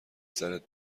سرت